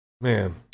Man